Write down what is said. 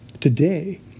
Today